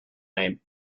name